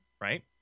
right